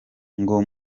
ngo